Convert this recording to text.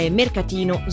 mercatino